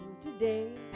today